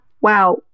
Wow